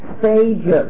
stages